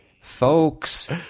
Folks